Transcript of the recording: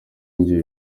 njye